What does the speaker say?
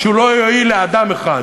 שהוא לא יועיל לאדם אחד.